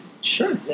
sure